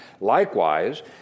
likewise